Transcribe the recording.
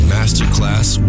Masterclass